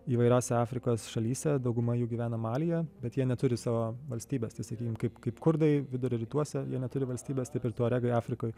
įvairiose afrikos šalyse dauguma jų gyvena malyje bet jie neturi savo valstybės tai sakykim kaip kaip kurdai vidurio rytuose jie neturi valstybės taip ir tuaregai afrikoj